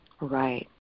Right